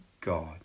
God